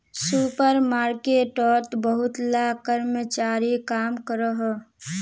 super मार्केटोत बहुत ला कर्मचारी काम करोहो